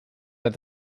that